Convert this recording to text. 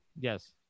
Yes